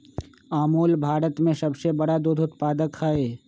अमूल भारत में सबसे बड़ा दूध उत्पादक हई